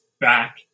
back